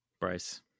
bryce